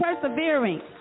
persevering